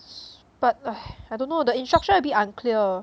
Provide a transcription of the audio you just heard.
but I don't know the instruction a bit unclear